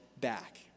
back